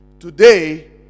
Today